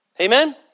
Amen